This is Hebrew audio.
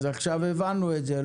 עכשיו הבנו את זה.